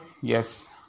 Yes